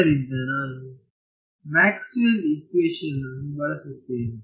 ಆದ್ದರಿಂದ ನಾನು ಮ್ಯಾಕ್ಸ್ವೆಲ್ನ ಇಕ್ವೇಶನ್ ವನ್ನು ಬಳಸುತ್ತೇನೆ